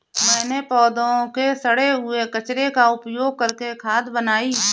मैंने पौधों के सड़े हुए कचरे का उपयोग करके खाद बनाई